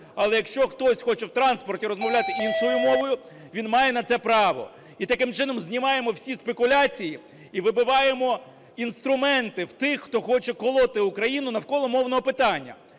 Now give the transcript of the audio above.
але якщо хтось хоче в транспорті розмовляти іншою мовою, він має на це право. І таким чином, знімаємо всі спекуляції і вибиваємо інструменти в тих, хто хоче колоти Україну навколо мовного питання.